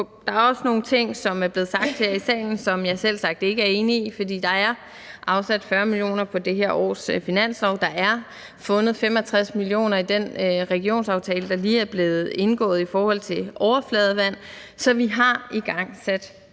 at der også er nogle ting, der er blevet sagt her i salen, som jeg selvsagt ikke er enig i, fordi der er afsat 40 mio. kr. på det her års finanslov, og der er fundet 65 mio. kr. i den regionsaftale, der lige er blevet indgået i forhold til overfladevand. Så vi har igangsat